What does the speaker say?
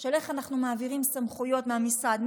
של איך אנחנו מעבירים סמכויות מהמשרד,